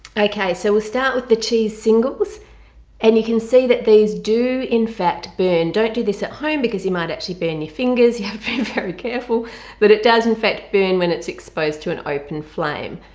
okay so we'll start with the cheese singles and you can see that these do in fact burn. don't do this at home because you might actually burn your fingers you have careful but it does in fact burn when it's exposed to an open flame.